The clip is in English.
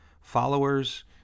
followers